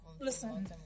Listen